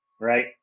right